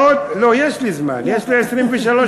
ועוד, לא, יש לי זמן, יש לי 23 שניות.